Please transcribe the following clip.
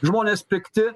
žmonės pikti